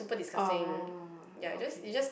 oh okay